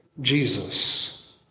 Jesus